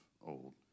old